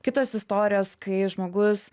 kitos istorijos kai žmogus